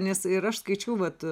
nes ir aš skaičiau vat